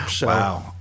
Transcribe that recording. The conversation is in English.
Wow